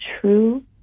true